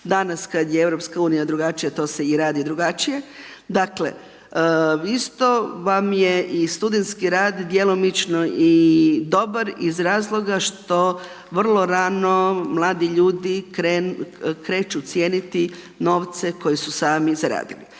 Danas kada je Europska unija drugačija to se i radi drugačije. Dakle, isto vam je i studentski rad djelomično i dobar iz razloga što vrlo rano mladi ljudi kreću cijeniti novce koje su sami zaradili.